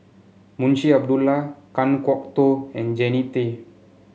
Munshi Abdullah Kan Kwok Toh and Jannie Tay